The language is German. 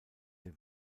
der